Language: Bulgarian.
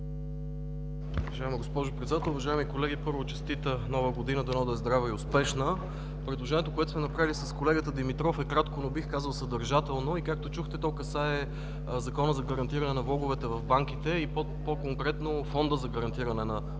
Уважаема госпожо Председател, уважаеми колеги! Първо, честита Нова година! Дано да е здрава и успешна! Предложението, което сме направили с колегата Димитров, е кратко, но бих казал съдържателно и, както чухте, то касае Закона за гарантиране на влоговете в банките и по-конкретно Фонда за гарантиране на влоговете